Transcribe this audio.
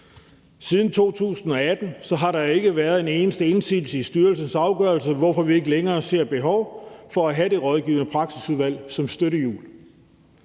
Siden 2018 har der ikke været en eneste indsigelse i styrelsens afgørelser, hvorfor vi ikke længere ser behov for at have det rådgivende praksisudvalg som støttehjul.